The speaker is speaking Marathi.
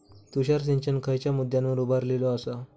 तुषार सिंचन खयच्या मुद्द्यांवर उभारलेलो आसा?